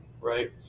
right